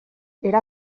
era